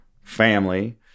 family